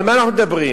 על מה אנחנו מדברים?